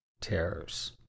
terrors